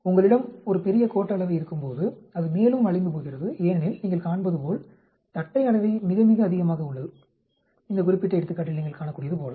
உங்களிடம் ஒரு பெரிய கோட்ட அளவை இருக்கும்போது அது மேலும் வளைந்து போகிறது ஏனெனில் நீங்கள் காண்பதுபோல் தட்டை அளவை மிக மிக அதிகமாக உள்ளது இந்த குறிப்பிட்ட எடுத்துக்காட்டில் நீங்கள் காணக்கூடியது போல